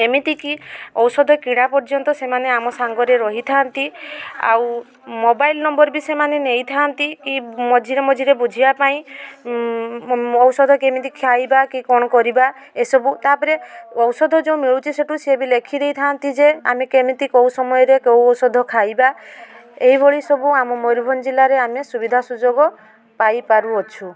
ଏମିତିକି ଔଷଧ କିଣା ପର୍ଯ୍ୟନ୍ତ ସେମାନେ ଆମ ସାଙ୍ଗରେ ରହିଥାଆନ୍ତି ଆଉ ମୋବାଇଲ୍ ନମ୍ବର୍ ବି ସେମାନେ ନେଇଥାଆନ୍ତି କି ମଝିରେ ମଝିରେ ବୁଝିବା ପାଇଁ ଔଷଧ କେମିତି ଖାଇବା କି କ'ଣ କରିବା ଏସବୁ ତାପରେ ଔଷଧ ଯେଉଁ ମିଳୁଛି ସେଇଠୁ ସିଏ ବି ଲେଖି ଦେଇଥାନ୍ତି ଯେ ଆମେ କେମିତି କେଉଁ ସମୟରେ କେଉଁ ଔଷଧ ଖାଇବା ଏଇଭଳି ସବୁ ଆମ ମୟୂରଭଞ୍ଜ ଜିଲ୍ଲାରେ ଆମେ ସୁବିଧା ସୁଯୋଗ ପାଇ ପାରୁଅଛୁ